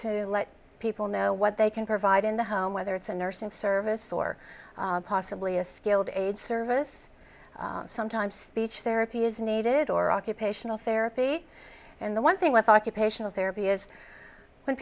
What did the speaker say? to let people know what they can provide in the home whether it's a nursing service or possibly a skilled aide service sometimes speech therapy is needed or occupational therapy and the one thing with occupational therapy is when